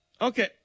Okay